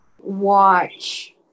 watch